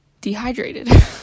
dehydrated